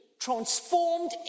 transformed